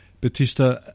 Batista